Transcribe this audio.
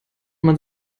man